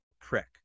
prick